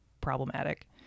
problematic